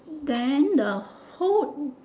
then the food